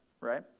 right